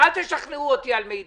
ואל תשכנעו אותי על מידע.